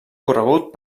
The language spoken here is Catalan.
corregut